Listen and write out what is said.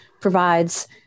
provides